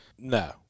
No